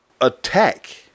attack